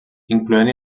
incloent